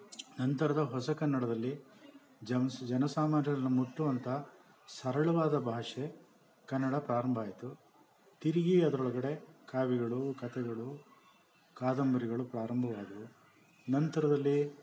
ನಂತರದ ಹೊಸ ಕನ್ನಡದಲ್ಲಿ ಜಮ್ಸ್ ಜನ ಸಾಮಾನ್ಯರನ್ನು ಮುಟ್ಟುವಂಥ ಸರಳವಾದ ಭಾಷೆ ಕನ್ನಡ ಪ್ರಾರಂಭ ಆಯಿತು ತಿರುಗಿ ಅದರೊಳ್ಗಡೆ ಕಾವ್ಯಗಳು ಕಥೆಗಳು ಕಾದಂಬರಿಗಳು ಪ್ರಾರಂಭವಾದವು ನಂತರದಲ್ಲಿ